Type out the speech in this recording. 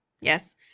yes